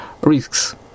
risks